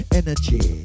energy